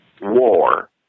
war